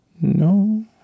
No